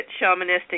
shamanistic